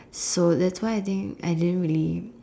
so that's why I think I didn't really